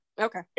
Okay